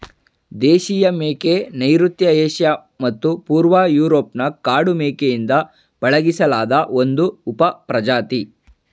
ದೇಶೀಯ ಮೇಕೆ ನೈಋತ್ಯ ಏಷ್ಯಾ ಮತ್ತು ಪೂರ್ವ ಯೂರೋಪ್ನ ಕಾಡು ಮೇಕೆಯಿಂದ ಪಳಗಿಸಿಲಾದ ಒಂದು ಉಪಪ್ರಜಾತಿ